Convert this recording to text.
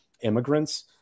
immigrants